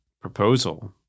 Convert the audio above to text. proposal